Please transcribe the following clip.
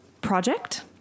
project